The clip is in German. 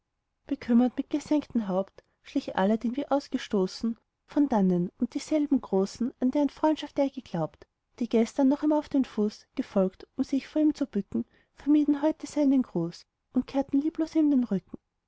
mit gesenktem haupt schlich aladdin wie ausgestoßen von dannen und dieselben großen an deren freundschaft er geglaubt die gestern noch ihm auf dem fuß gefolgt um sich vor ihm zu bücken vermieden heute seinen gruß und kehrten lieblos ihm den rücken